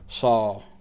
saw